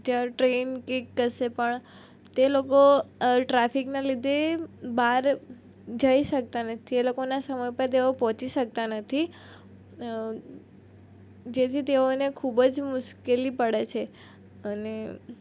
જ્યારે ટ્રેન કે કશે પણ તે લોકો ટ્રાફિકના લીધે બહાર જઈ શકતા નથી એ લોકોના સમય પર તેઓ પહોંચી શકતા નથી જેથી તેઓને ખૂબ જ મુશ્કેલી પડે છે અને